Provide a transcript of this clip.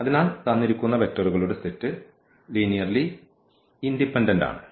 അതിനാൽ തന്നിരിക്കുന്ന വെക്റ്ററുകളുടെ സെറ്റ് ലീനിയർലി ഇൻഡിപെൻഡന്റ് ആണ്